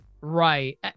right